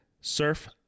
Surf